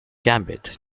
gambit